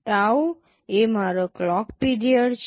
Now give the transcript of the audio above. tau એ મારો clock period છે